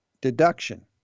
deduction